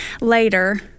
later